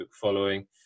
following